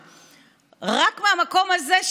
על דלקים לארגונים שמשתפים פעולה עם